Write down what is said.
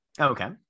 Okay